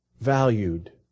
valued